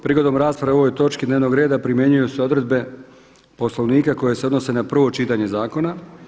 Prigodom rasprave o ovoj točki dnevnog reda primjenjuju se odredbe Poslovnika koje se odnose na prvo čitanje zakona.